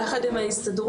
יחד עם ההסתדרות,